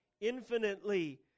infinitely